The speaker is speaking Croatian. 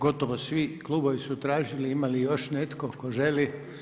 Gotovo svi klubovi su tražili, ima li još netko tko želi?